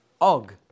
Og